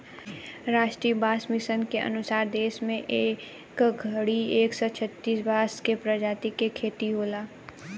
राष्ट्रीय बांस मिशन के अनुसार देश में ए घड़ी एक सौ छतिस बांस के प्रजाति के खेती होला